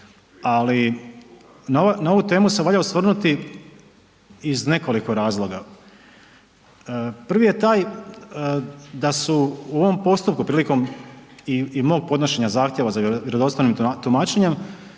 ali na ovu temu se valja osvrnuti iz nekoliko razloga. Prvi je taj da su u ovom postupku prilikom i mog podnošenja zahtjeva za vjerodostojnim tumačenjem